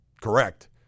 correct